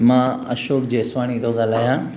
मां अशोक जेसवाणी थो ॻाल्हायां